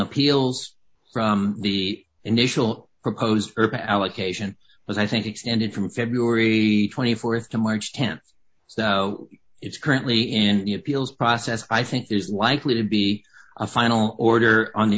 appeals from the initial proposed urban allocation was i think extended from february th to march th so it's currently in the appeals process i think there's likely to be a final order on the